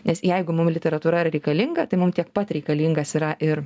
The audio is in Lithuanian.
nes jeigu mum literatūra yra reikalinga tai mum tiek pat reikalingas yra ir